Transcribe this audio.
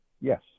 Yes